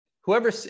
whoever